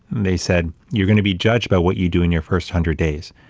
they said, you're going to be judged by what you do in your first hundred days.